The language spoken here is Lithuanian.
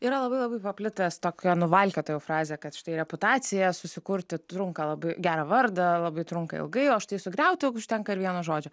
yra labai labai paplitęs tokia nuvalkiota jau frazė kad štai reputaciją susikurti trunka labai gerą vardą labai trunka ilgai o štai sugriauti užtenka ir vieno žodžio